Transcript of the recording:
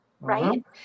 right